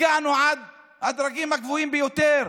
הגענו עד הדרגים הגבוהים ביותר.